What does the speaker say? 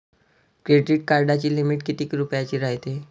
Credit कार्डाची limit कितीक रुपयाची रायते?